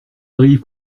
arrive